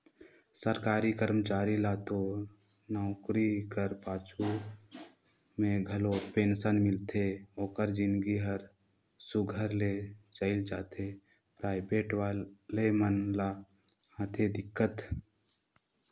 सरकारी करमचारी ल तो नउकरी कर पाछू में घलो पेंसन मिलथे ओकर जिनगी हर सुग्घर ले चइल जाथे पराइबेट वाले मन ल होथे दिक्कत